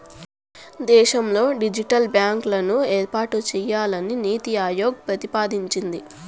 దేశంలో డిజిటల్ బ్యాంకులను ఏర్పాటు చేయాలని నీతి ఆయోగ్ ప్రతిపాదించింది